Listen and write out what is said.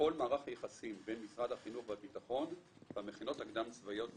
בכל מערך היחסים בין משרד החינוך והביטחון והמכינות הקדם צבאיות בכלל.